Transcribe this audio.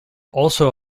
also